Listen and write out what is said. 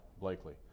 Blakely